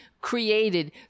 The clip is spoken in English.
created